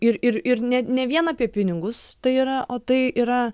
ir ir ir ne ne vien apie pinigus tai yra o tai yra